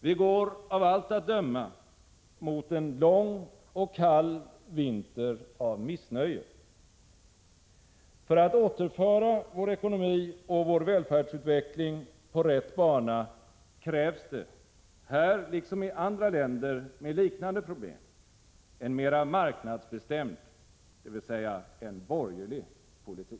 Vi går av allt att döma mot en lång och kall vinter av missnöje. För att återföra vår ekonomi och vår välfärdsutveckling på rätt bana krävs det — här liksom i andra länder med liknande problem — en mera marknadsbestämd politik, dvs. en borgerlig politik.